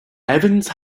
evans